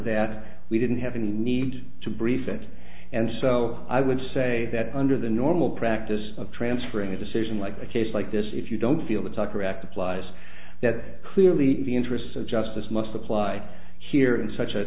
that we didn't have any need to brief it and so i would say that under the normal practice of transferring a decision like a case like this if you don't feel that sucker act applies that clearly the interests of justice must apply here in such a